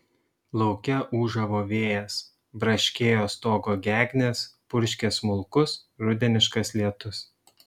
lauke ūžavo vėjas braškėjo stogo gegnės purškė smulkus rudeniškas lietus